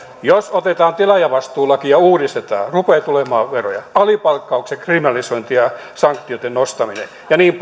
jos otetaan tilaajavastuulaki ja uudistetaan se rupeaa tulemaan veroja alipalkkauksen kriminalisointi ja sanktioitten nostaminen ja niin